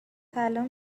سلام